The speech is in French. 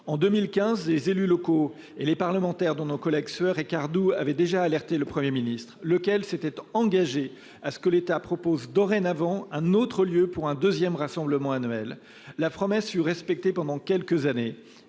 En 2015, les élus locaux et les parlementaires, dont nos collègues Sueur et Cardoux, avaient déjà alerté le Premier ministre, lequel s'était engagé à ce que l'État propose dorénavant un autre lieu pour un second rassemblement annuel. La promesse fut respectée pendant quelques années,